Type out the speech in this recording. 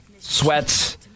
Sweats